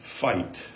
fight